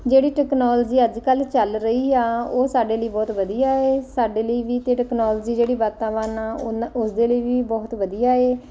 ਜਿਹੜੀ ਟੈਕਨੋਲਜੀ ਅੱਜ ਕੱਲ੍ਹ ਚੱਲ ਰਹੀ ਆ ਉਹ ਸਾਡੇ ਲਈ ਬਹੁਤ ਵਧੀਆ ਹੈ ਸਾਡੇ ਲਈ ਵੀ ਅਤੇ ਟੈਕਨੋਲਜੀ ਜਿਹੜੀ ਵਾਤਾਵਾਰਨ ਆ ਉਹ ਉਸਦੇ ਲਈ ਵੀ ਬਹੁਤ ਵਧੀਆ ਹੈ